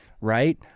right